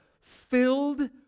filled